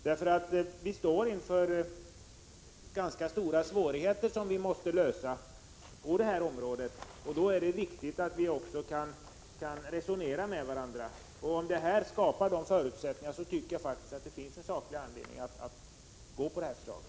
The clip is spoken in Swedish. Vi står nämligen inför ganska stora svårigheter som vi måste lösa på det här området, och då är det viktigt att vi kan resonera med varandra. Om förslaget skapar förutsättningar för det, tycker jag det finns en saklig anledning att ställa sig bakom det.